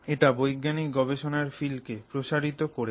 এটা বৈজ্ঞানিক গবেষণার ফিল্ড কে প্রসারিত করেছে